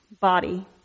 body